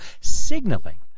signaling